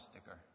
sticker